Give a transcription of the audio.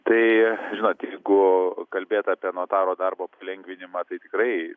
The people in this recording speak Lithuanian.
tai žinot jeigu kalbėt apie notaro darbo palengvinimą tai tikrai